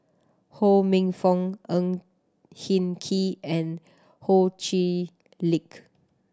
Ho Minfong Ang Hin Kee and Ho Chee Lick